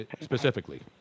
specifically